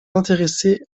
intéressé